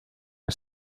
are